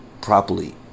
properly